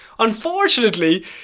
Unfortunately